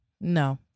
No